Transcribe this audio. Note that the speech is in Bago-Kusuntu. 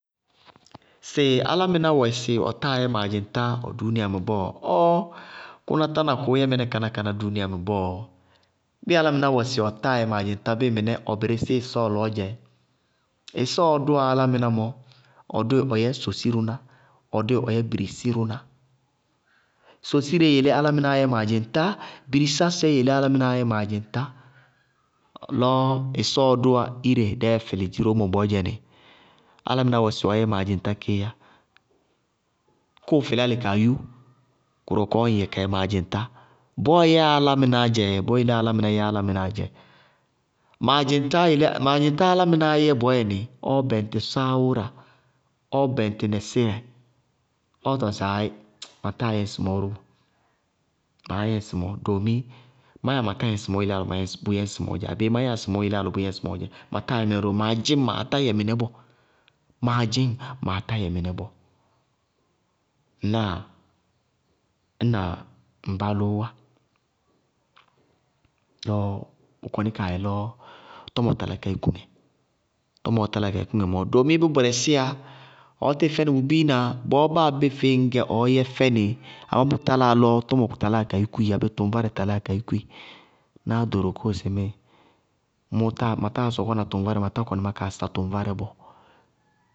Sɩ álámɩná wɛ sɩ ɔ tána ɔɔyɛ maadzɩŋtá ʋ dúúniayamɛ bɔɔ? Ɔɔɔ! Kʋná tána kʋʋ yɛ mɩnɛ kánákáná bɔɔ. Bɩɩ álámɩná wɛ mɩnɛ sɩ álámɩná ɔ tána ɔɔ yɛ maadzɩŋtá bɔɔ, bɩɩ mɩnɛ ɔ bɩrɩsɩ ɩsɔɔ lɔɔ dzɛ. Ɩsɔɔɔ dʋwá álámɩná mɔ, ɔ dʋɩ ɔ yɛ sosirʋna, ɔ dʋɩ ɔ yɛ birisirʋná. Sosireé yelé álámɩná yɛ maadzɩŋtá, birisásɛɛ yelé álámɩnáá yɛ maadzɩŋtá. Lɔ ɩsɔɔɔ dʋwá ire dɛɛɛ fɩlɩ dziró mɔ bɔɔyɛ nɩ álámɩná wɛ sɩ ɔɔ yɛ maadzɩŋtá kééyá. Kʋʋ fɩlɩ álɩ kʋ kaa yú, kʋrʋ wɛ kɔɔ ññ yɛ ka yɛ maadzɩŋtá. Bɔɔɔ yɛyá álámɩnáá dzɛ, bɔɔɔ yelé yá álámɩná yɛ álámɩnáá dzɛ. Maadzɩŋtáá yelé, maadzɩŋtáá álámɩnáá yɛ bɔɔyɛnɩ, ɔɔ bɛŋtɩ sááwʋra, ɔɔ bɛŋtɩ nɛsɩrɛ. Ɔɔ tɔŋsɩ aaayɩ ma táa yɛ ŋsɩmɔɔ ró bɔɔ, maá yɛ ŋsɩmɔɔ. Doomi má yáa matá yɛ ŋsɩmɔɔ yeléyá lɔ bʋyɛ ŋsɩmɔɔɔ dzɛ, abéé má yáa ŋsɩmɔɔ yeléyá lɔ bʋ yɛ ŋsɩmɔɔ dzɛ. Matáa yɛ mɩnɛ ró bɔɔ. Maa dzɩñŋ maa táyɛ mɩnɛ bɔɔ, maa dzɩñŋ, maa táyɛ mɩnɛ bɔɔ. Ŋnáa? Ñna ŋ bálʋʋwá, lɔ bʋ kɔnɩ kaayɛ lɔ tɔmɔ talá ka yúkú ŋɛ, tɔmɔɔ taláa ka yúkú ŋɛ mɔɔ, doomi bʋ bɛrɛsɩyá, ɔɔ tɩɩ fɛnɩ ŋ biina, bɔɔ báa bé feéé ŋñgɛ ɔɔ yɛ fɛnɩɩɩ, amá bʋ talá yá lɔ tɔmɔ taláa ka yúkúɩ abéé tʋŋvárɛɛ taláa ka yúkúɩ, náá doro kóo sɩŋmɩɩ mʋtáa matáa sɔkɔ na tʋŋvárɛ bɔɔ matá kɔnɩ má kaa sa tʋŋvárɛ bɔɔ.